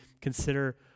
consider